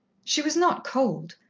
she was not cold.